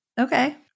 Okay